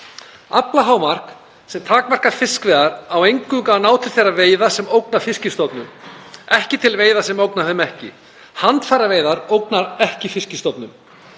Aflahámark sem takmarkar fiskveiðar á eingöngu að ná til þeirra veiða sem ógna fiskstofnum, ekki til veiða sem ógna þeim ekki. Handfæraveiðar ógna ekki fiskstofnum.